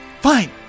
Fine